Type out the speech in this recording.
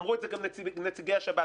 אמרו את זה גם נציגי השב"כ.